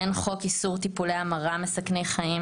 אין חוק איסור טיפולי המרה מסכני חיים.